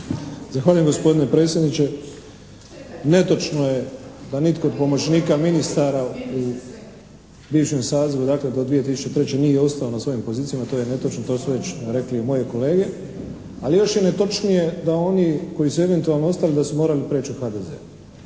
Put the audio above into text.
Zahvaljujem gospodine predsjedniče. Netočno je da nitko od pomoćnika ministara u bivšem sazivu dakle do 2003. nije ostao na svojim pozicijama, to je netočno, to su već rekli i moji kolege. Ali još je netočnije da oni koji su eventualno ostali da su morali preći u HDZ,